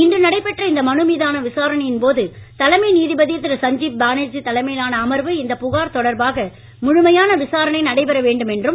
இன்று நடைபெற்ற இந்த மனு மீதான விசாரணையின் போது தலைமை நீதிபதி திரு சஞ்ஜீப் பானர்ஜி தலைமையிலான அமர்வு இந்த புகார் தொடர்பாக முழுமையான விசாரணை நடைபெற வேண்டும் என்றும்